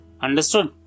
Understood